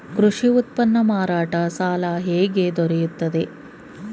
ಕೃಷಿ ಉತ್ಪನ್ನ ಮಾರಾಟ ಸಾಲ ಹೇಗೆ ದೊರೆಯುತ್ತದೆ?